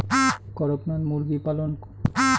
করকনাথ মুরগি পালন?